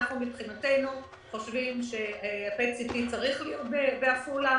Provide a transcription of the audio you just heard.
אנחנו חושבים שה- PET-CTצריך להיות בעפולה,